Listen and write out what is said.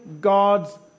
God's